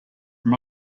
from